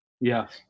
Yes